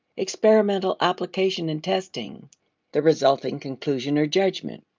experimental application and testing the resulting conclusion or judgment.